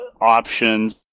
options